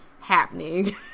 happening